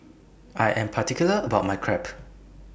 I Am particular about My Crepe